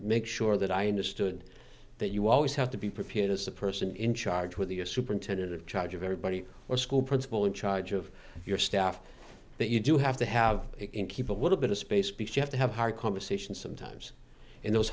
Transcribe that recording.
make sure that i understood that you always have to be prepared as the person in charge with your superintendent of charge of everybody or school principal in charge of your staff that you do have to have it and keep a little bit of space because you have to have hard conversations sometimes in those